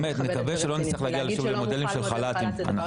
להגיד שלא מוחל מודל חל"ת זה דבר אחד